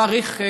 להעריך,